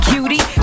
Cutie